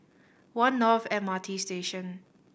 One North M R T Station